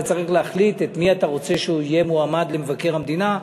אלא צריך להחליט מי אתה רוצה שיהיה מועמד למבקר המדינה,